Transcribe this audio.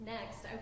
Next